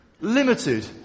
limited